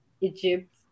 Egypt